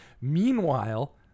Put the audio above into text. Meanwhile